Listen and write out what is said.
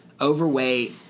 overweight